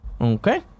Okay